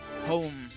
home